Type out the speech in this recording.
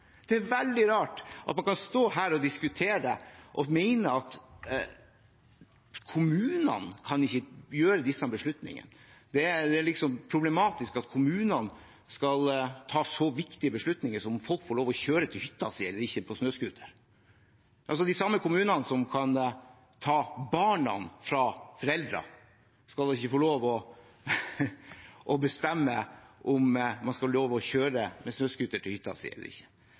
at man kan stå her og diskutere og mene at kommunene ikke kan ta disse beslutningene. Det er liksom problematisk at kommunene skal ta så viktige beslutninger som det om folk får lov til å kjøre til hytta si eller ikke på snøscooter. De samme kommunene som kan ta barna fra foreldrene, skal ikke få bestemme om man skal ha lov å kjøre med snøscooter til hytta si eller ikke.